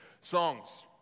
songs